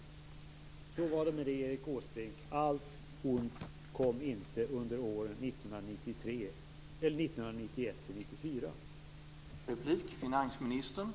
Så var det med det, Erik Åsbrink. Allt ont kom inte under åren 1991-1994.